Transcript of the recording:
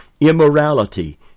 immorality